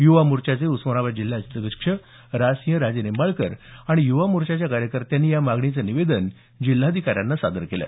युवा मोर्चाचे उस्मानाबाद जिल्हाध्यक्ष राजसिंह राजेनिंबाळकर आणि युवा मोर्चाच्या कार्यकर्त्यांनी या मागणीचं निवेदन जिल्हाधिकाऱ्यांना सादर केलं